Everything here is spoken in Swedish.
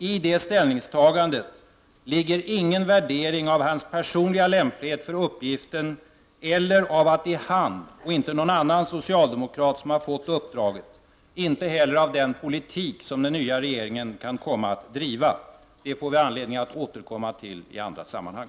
I detta ställningstagande ligger ingen värdering av hans personliga lämplighet för uppgiften eller av att det är han och inte någon annan socialdemokrat som har fått uppdraget, inte heller av den politik som den nya regeringen kan komma att driva. Den får vi anledning att återkomma till i andra sammanhang.